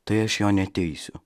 tai aš jo neteisiu